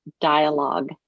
dialogue